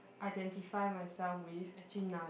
identify myself with actually none